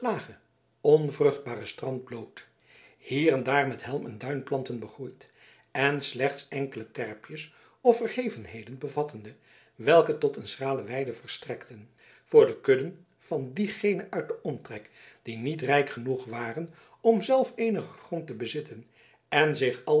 lage onvruchtbare strand bloot hier en daar met helm en duinplanten begroeid en slechts enkele terpjes of verhevenheden bevattende welke tot een schrale weide verstrekten voor de kudden van diegenen uit den omtrek die niet rijk genoeg waren om zelf eenigen grond te bezitten en zich